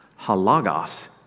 Halagos